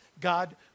God